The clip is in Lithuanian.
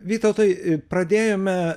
vytautui ir pradėjome